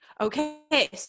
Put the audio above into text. Okay